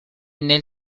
nel